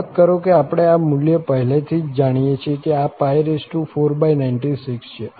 નોંધ કરો કે આપણે આ મૂલ્ય પહેલેથી જ જાણીએ છીએ કે આ 496 છે